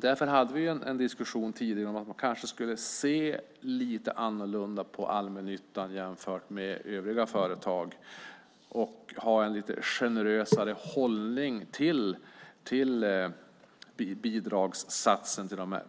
Därför hade vi en diskussion tidigare om att man kanske skulle se lite annorlunda på allmännyttan jämfört med övriga företag och ha en lite generösare hållning i fråga om bidrag